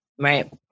Right